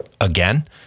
again